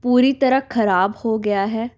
ਪੂਰੀ ਤਰ੍ਹਾਂ ਖਰਾਬ ਹੋ ਗਿਆ ਹੈ